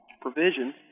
provision